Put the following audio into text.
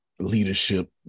leadership